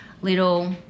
little